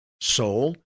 Soul